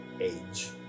age